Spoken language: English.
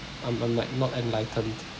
I'm I'm like not enlightened